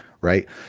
Right